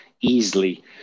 easily